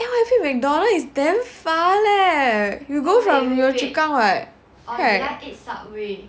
N_Y_P McDonald is damn far leh you go from yio chu kang [what] right